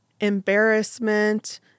embarrassment